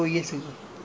nine years lah